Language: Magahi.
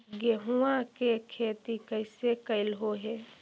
गेहूआ के खेती कैसे कैलहो हे?